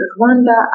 Rwanda